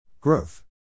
Growth